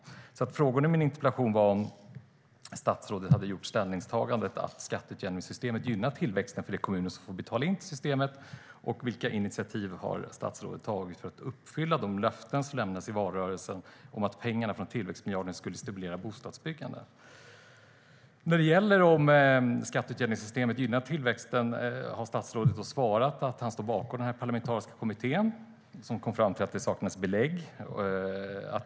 Min fråga i interpellationen var om statsrådet har gjort ställningstagandet att skatteutjämningssystemet gynnar tillväxten för de kommuner som får betala in till systemet och vilka initiativ statsrådet har tagit för att uppfylla de löften som lämnades i valrörelsen om att pengarna från tillväxtmiljarden skulle stimulera bostadsbyggande. När det gäller om skatteutjämningssystemet gynnar tillväxten har statsrådet svarat att han står bakom den parlamentariska kommittén som kom fram till att det saknas belägg.